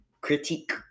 critique